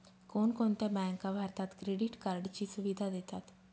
कोणकोणत्या बँका भारतात क्रेडिट कार्डची सुविधा देतात?